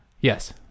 yes